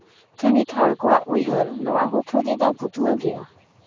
ᱛᱷᱟᱹᱱᱤᱛ ᱦᱚᱲ ᱠᱚᱣᱟᱜ ᱩᱭᱦᱟᱹᱨ ᱱᱚᱣᱟ ᱦᱩᱫ ᱦᱩᱫᱤ ᱫᱚ ᱵᱷᱩᱛᱣᱟᱹᱜᱮᱭᱟ